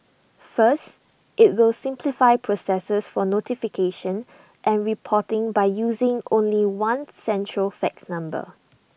first IT will simplify processes for notification and reporting by using only one central fax number